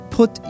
put